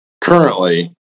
currently